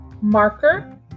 Marker